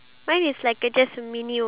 oh gosh